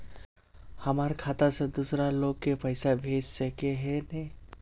हमर खाता से दूसरा लोग के पैसा भेज सके है ने?